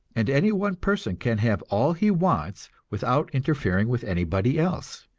and any one person can have all he wants without interfering with anybody else.